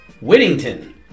Whittington